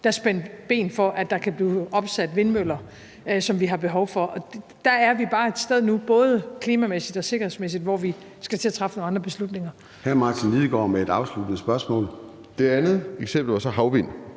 der spændte ben for, at der kan blive opsat vindmøller, som vi har behov for. Og der er vi bare et sted nu, både klimamæssigt og sikkerhedsmæssigt, hvor vi skal til at træffe nogle andre beslutninger. Kl. 14:16 Formanden (Søren Gade): Hr. Martin Lidegaard med et afsluttende spørgsmål. Kl. 14:16 Martin